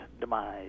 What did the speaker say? demise